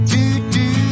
Do-do